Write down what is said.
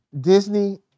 Disney